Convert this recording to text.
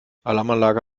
alarmanlage